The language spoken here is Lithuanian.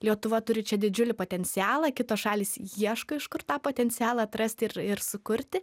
lietuva turi čia didžiulį potencialą kitos šalys ieško iš kur tą potencialą atrasti ir ir sukurti